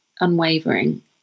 unwavering